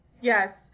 Yes